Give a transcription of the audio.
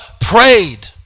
prayed